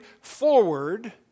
forward